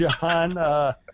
John